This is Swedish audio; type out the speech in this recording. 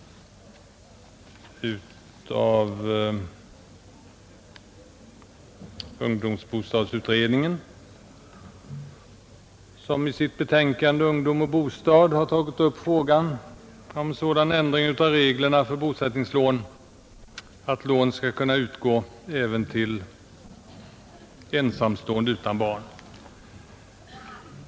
Ungdomsbostadsutredningen har i sitt betänkande Ungdom och bostad tagit upp frågan om sådan ändring av reglerna för bosättningslån att lån skall kunna utgå även till ensamstående utan barn.